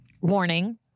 warning